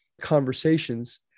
conversations